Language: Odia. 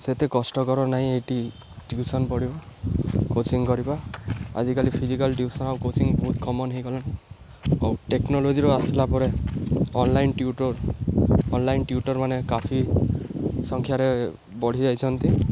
ସେତେ କଷ୍ଟକର ନାହିଁ ଏଇଠି ଟିଉସନ୍ ପଢ଼ିବ କୋଚିଂ କରିବା ଆଜିକାଲି ଫିଜିକାଲ୍ ଟିଉସନ୍ ଆଉ କୋଚିଂ ବହୁତ କମନ୍ ହୋଇଗଲାଣି ଆଉ ଟେକ୍ନୋଲୋଜିରୁ ଆସିଲା ପରେ ଅନଲାଇନ୍ ଟିଉଟର୍ ଅନଲାଇନ୍ ଟିଉଟର୍ମାନେ କାଫି ସଂଖ୍ୟାରେ ବଢ଼ିଯାଇଛନ୍ତି